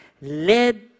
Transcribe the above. led